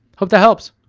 hope that helps.